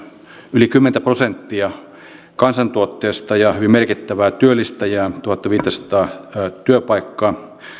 yli kymmenen prosenttia kansantuotteesta ja hyvin merkittävää työllistäjää tuhatviisisataa työpaikkaa